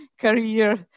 career